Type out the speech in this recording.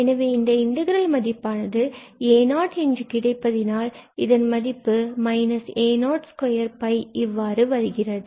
எனவே இந்த இன்டகிரல் மதிப்பானது a0 என்று கிடைப்பதனால் இதன் மதிப்பு a02 இவ்வாறு வருகிறது